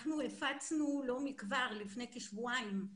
אנחנו הפצנו לא מכבר, לפני כשבועיים,